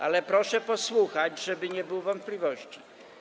Ale proszę posłuchać, żeby nie było wątpliwości.